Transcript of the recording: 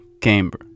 Camber